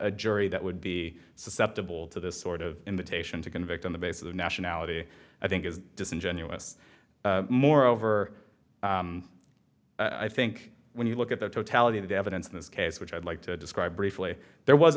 a jury that would be susceptible to this sort of invitation to convict on the basis of nationality i think is disingenuous moreover i think when you look at the totality of the evidence in this case which i'd like to describe briefly there was